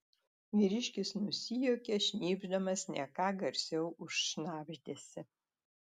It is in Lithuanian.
vyriškis nusijuokė šnypšdamas ne ką garsiau už šnabždesį